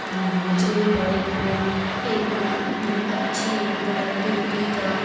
मुझे बाइक पर एक अच्छी प्रोडक्टिविटी का